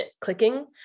clicking